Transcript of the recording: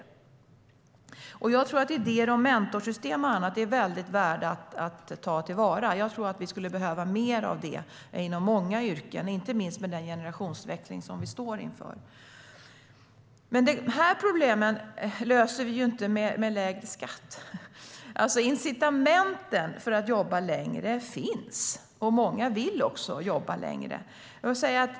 Idéer om mentorsystem och annat tror jag är mycket värda att ta till vara. Jag tror att vi skulle behöva mer av det inom många yrken, inte minst med den generationsväxling som vi står inför. Men de här problemen löser vi inte genom lägre skatt. Incitamenten för att jobba längre finns, och många vill också jobba längre.